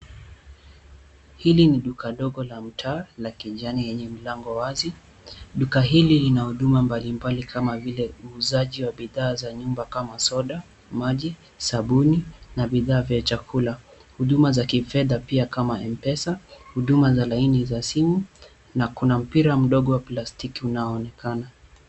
Hili ni duka ndogo la mtaa la kijani yenye mlango wazi. Duka hili lina huduma mbalimbali kama vile uuzaji wa bidhaa za nyumba kama soda, maji ,sabuni na bidhaa vya chakula. Huduma za kifedha pia kama M-Pesa, huduma za laini za simu na kuna mpira mdogo wa plastiki unaoonekana.